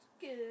Good